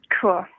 Cool